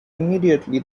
immediately